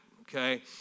okay